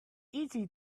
easy